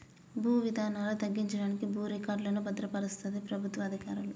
భూ వివాదాలు తగ్గించడానికి భూ రికార్డులను భద్రపరుస్తది ప్రభుత్వ అధికారులు